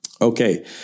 Okay